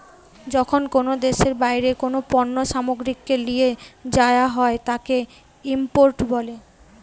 যখন কোনো দেশের বাইরে কোনো পণ্য সামগ্রীকে লিয়ে যায়া হয় তাকে ইম্পোর্ট বলে